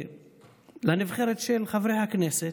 ולנבחרת של חברי הכנסת.